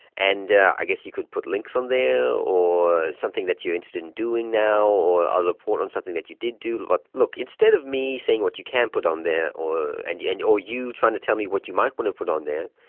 and i guess you could put links on there or something that you're interested in doing now or ah report on something that you did do. look, instead of me saying what you can put on there or and you and or you trying to tell me what you might want to put on there,